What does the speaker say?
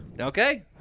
Okay